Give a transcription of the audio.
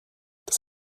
das